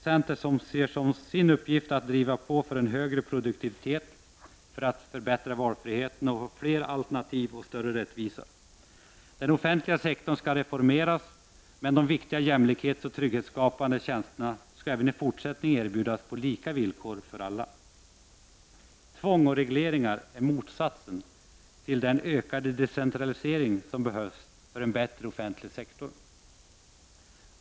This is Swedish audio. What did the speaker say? Centern ser det som sin uppgift att driva på för en högre produktivitet, bättre valfrihet, fler alternativ och större rättvisa. Den offentliga sektorn skall reformeras, men de viktiga jämlikhetsoch trygghetsskapande tjänsterna skall även i fortsättningen erbjudas på lika villkor för alla. Tvång och regleringar är motsatsen till den ökade decentralisering som behövs för en bättre offentlig sektor.